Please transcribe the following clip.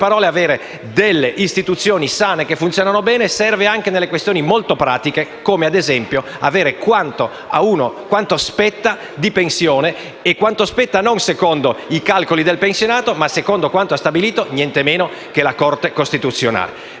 In altre parole, avere istituzioni sane che funzionano bene serve anche nelle questioni molto pratiche come, ad esempio, ricevere quanto spetta di pensione (e quanto spetta non secondo i calcoli del pensionato, ma secondo quanto ha stabilito nientemeno che la Corte costituzionale).